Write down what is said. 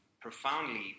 profoundly